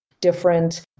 different